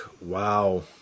wow